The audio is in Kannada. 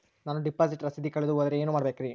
ನಾನು ಡಿಪಾಸಿಟ್ ರಸೇದಿ ಕಳೆದುಹೋದರೆ ಏನು ಮಾಡಬೇಕ್ರಿ?